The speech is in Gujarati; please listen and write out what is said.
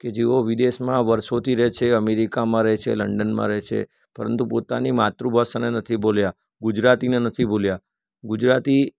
કે જેઓ વિદેશમાં વર્ષોથી રહે છે અમેરિકામાં રહે છે લંડનમાં રહે છે પરંતુ પોતાની માતૃભાષાને નથી ભૂલ્યા ગુજરાતીને નથી ભૂલ્યા ગુજરાતી